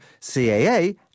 CAA